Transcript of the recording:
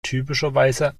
typischerweise